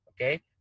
Okay